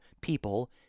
people